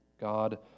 God